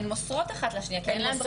הן מוסרות אחת לשנייה כי אין להן ברירה.